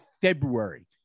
February